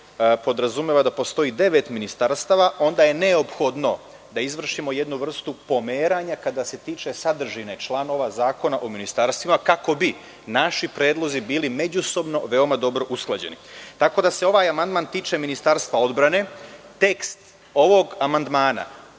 podrazumeva da postoji devet ministarstava, onda je neophodno da izvršimo jednu vrstu pomeranja kada se tiče sadržine članova Zakona o ministarstvima, kako bi naši predlozi bili međusobno dobro usklađeni. Tako da, ovaj amandman se tiče Ministarstva odbrane. Tekst ovog amandmana